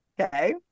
okay